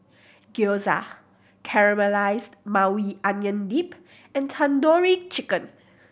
Gyoza Caramelized Maui Onion Dip and Tandoori Chicken